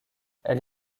elle